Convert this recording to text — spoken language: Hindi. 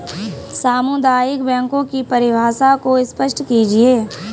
सामुदायिक बैंकों की परिभाषा को स्पष्ट कीजिए?